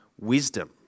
wisdom